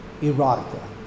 Erotica